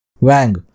Wang